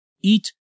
Eat